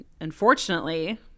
unfortunately